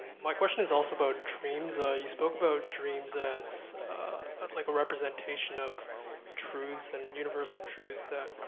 my question is also about dreams. ah you spoke about dreams as like a representation of truths and universal truths that